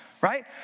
right